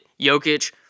Jokic